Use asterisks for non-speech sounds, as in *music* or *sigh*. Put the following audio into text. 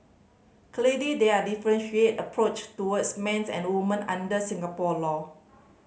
*unintelligible* there are differentiated approach towards men's and woman under Singapore law